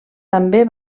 també